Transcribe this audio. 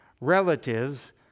relatives